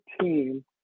team